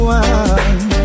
one